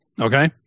Okay